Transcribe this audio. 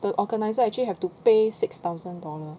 to organise right actually have to pay six thousand dollar